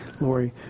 Lori